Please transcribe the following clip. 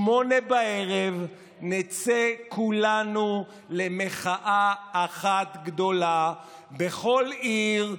20:00, נצא כולנו למחאה אחת גדולה בכל עיר,